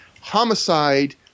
Homicide